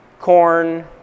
corn